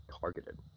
targeted